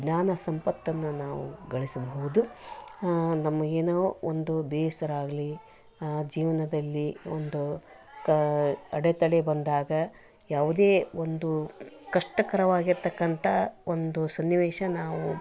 ಜ್ಞಾನ ಸಂಪತ್ತನ್ನು ನಾವು ಗಳಿಸಬಹುದು ನಮಗೆನೋ ಒಂದು ಬೇಸರ ಆಗಲಿ ಜೀವನದಲ್ಲಿ ಒಂದು ಅಡೆತಡೆ ಬಂದಾಗ ಯಾವುದೇ ಒಂದು ಕಷ್ಟಕರವಾಗಿರತಕ್ಕಂಥ ಒಂದು ಸನ್ನಿವೇಶ ನಾವು